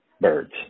birds